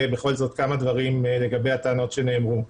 בכל זאת כמה דברים לגבי הטענות שנאמרו.